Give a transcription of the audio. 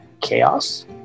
chaos